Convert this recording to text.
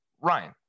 Ryan